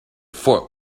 fort